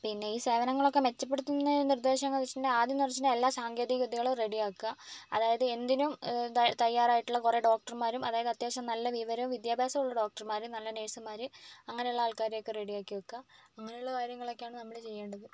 പിന്നെ ഈ സേവനങ്ങളൊക്കെ മെച്ചപ്പെടുത്തുന്നതിൻ്റെ നിർദ്ദേശങ്ങൾ എന്ന് വെച്ചിട്ടുണ്ടങ്കിൽ ആദ്യം എന്ന് വെച്ചിട്ടുണ്ടെങ്കിൽ എല്ലാ സാങ്കേതിക വിദ്യകളും റെഡി ആക്കുക അതായത് എന്തിനും തയ്യാർ തയ്യാറായിട്ടുള്ള കുറെ ഡോക്ടർമാരും അതായത് അത്യാവശ്യം നല്ല വിവരവും വിദ്യാഭ്യാസവുമുള്ള ഡോക്ടർമാർ നല്ല നഴ്സുമാർ അങ്ങനെയുള്ള ആൾക്കാരെയൊക്കെ റെഡി ആക്കി വെക്കുക അങ്ങനെയുള്ള കാര്യങ്ങളൊക്കെയാണ് നമ്മൾ ചെയ്യേണ്ടത്